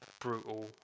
brutal